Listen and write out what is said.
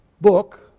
book